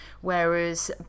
Whereas